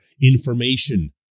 information